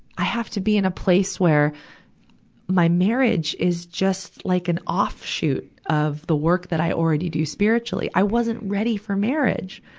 i have to be in a place where my marriage is just like an offshoot of the work that i already do spiritually. i wasn't ready for marriage.